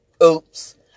Oops